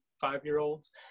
five-year-olds